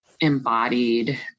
embodied